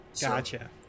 Gotcha